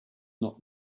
not